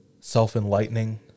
self-enlightening